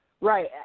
Right